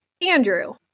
Andrew